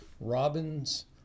Robin's